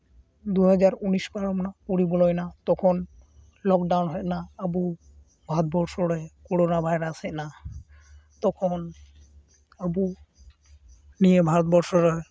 ᱫᱩ ᱦᱟᱡᱟᱨ ᱩᱱᱤᱥ ᱯᱟᱨᱚᱢᱮᱱᱟ ᱠᱩᱲᱤ ᱵᱚᱞᱚᱭᱱᱟ ᱛᱚᱠᱷᱚᱱ ᱞᱚᱠᱰᱟᱣᱩᱱ ᱦᱮᱡᱱᱟ ᱟᱵᱚ ᱵᱷᱟᱨᱚᱛ ᱵᱚᱨᱥᱚ ᱨᱮ ᱠᱳᱨᱳᱱᱟ ᱵᱷᱟᱭᱨᱟᱥ ᱦᱮᱡᱱᱟ ᱛᱚᱠᱷᱚᱱ ᱟᱵᱩ ᱱᱤᱭᱟᱹ ᱵᱷᱟᱨᱚᱛ ᱵᱚᱨᱥᱚ ᱨᱮ